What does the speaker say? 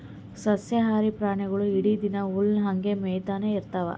ಸಸ್ಯಾಹಾರಿ ಪ್ರಾಣಿಗೊಳ್ ಇಡೀ ದಿನಾ ಹುಲ್ಲ್ ಹಂಗೆ ಮೇಯ್ತಾನೆ ಇರ್ತವ್